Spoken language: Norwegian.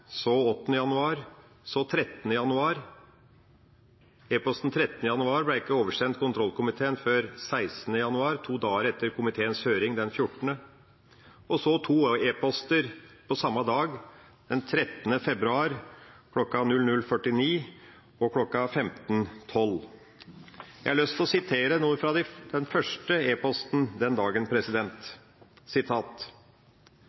så 8. januar, og så 13. januar. E-posten den 13. januar ble ikke oversendt kontrollkomiteen før 16. januar, to dager etter komiteens høring den 14. januar. Så kom det to e-poster på samme dag, den 13. februar, kl. 00.49 og kl. 15.12. Jeg har lyst til å sitere noe fra den første e-posten den dagen: